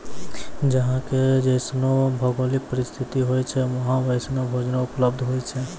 जहां के जैसनो भौगोलिक परिस्थिति होय छै वहां वैसनो भोजनो उपलब्ध होय छै